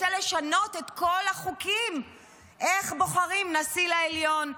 רוצה לשנות את כל החוקים איך בוחרים נשיא לעליון,